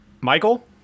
Michael